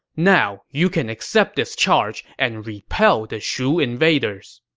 now, you can accept this charge and repel the shu invaders.